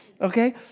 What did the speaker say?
Okay